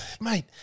mate